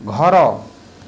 ଘର